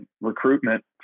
recruitment